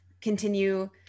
continue